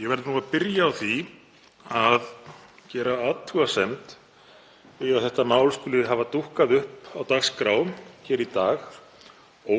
Ég verð að byrja á því að gera athugasemd við að þetta mál skuli hafa dúkkað upp á dagskrá hér í dag